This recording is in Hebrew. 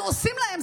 אנחנו עושים להם,